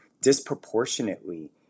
disproportionately